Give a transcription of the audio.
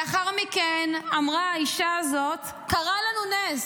לאחר מכן אמרה האישה הזאת: קרה לנו נס.